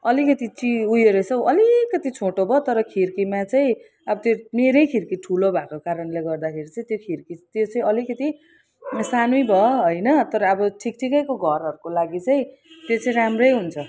अलिकति चाहिँ ऊ यो रहेछ हौ अलिकति छोटो भयो तर खिड्कीमा चाहिँ अब त्यो मेरै खिड्की ठुलो भएको कारणले गर्दाखेरि चाहिँ त्यो खिड्की त्यो चाहिँ अलिकति सानै भयो होइन तर अब ठिक ठिकैको घरहरूको लागि चाहिँ त्यो चाहिँ राम्रै हुन्छ